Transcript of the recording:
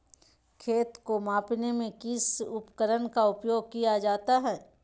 खेत को मापने में किस उपकरण का उपयोग किया जाता है?